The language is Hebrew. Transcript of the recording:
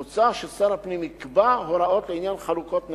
מוצע ששר הפנים יקבע הוראות לעניין חלוקת נכסים,